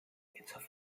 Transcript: insofern